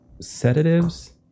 sedatives